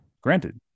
Granted